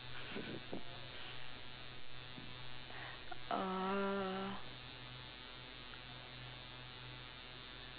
err